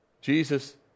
Jesus